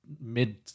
mid